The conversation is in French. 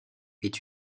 est